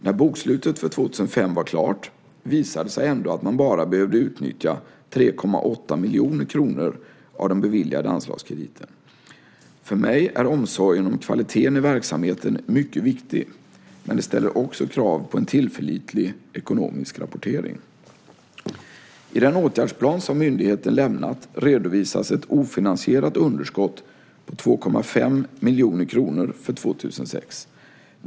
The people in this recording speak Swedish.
När bokslutet för 2005 var klart visade det sig ändå att man bara behövde utnyttja 3,8 miljoner kronor av den beviljade anslagskrediten. För mig är omsorgen om kvaliteten i verksamheten mycket viktig, men det ställer också krav på en tillförlitlig ekonomisk rapportering. I den åtgärdsplan som myndigheten lämnat redovisas ett ofinansierat underskott på 2,5 miljoner kronor för 2006.